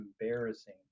embarrassing